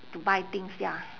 to buy things ya